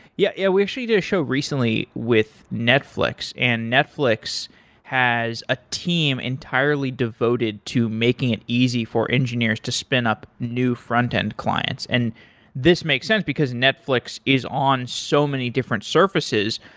yeah, yeah she did a show recently with netflix and netflix has a team entirely devoted to making it easy for engineers to spin up new front-end clients and this makes sense because netflix is on so many different surfaces.